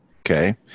Okay